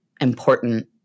important